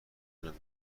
تونم